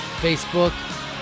Facebook